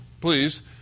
please